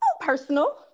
personal